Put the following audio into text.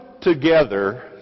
together